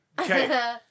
Okay